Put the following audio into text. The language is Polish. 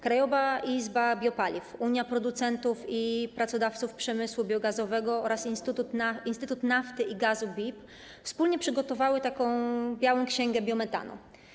Krajowa Izba Biopaliw, Unia Producentów i Pracodawców Przemysłu Biogazowego oraz Instytut Nafty i Gazu - PIB wspólnie przygotowały „Białą księgę biometanu”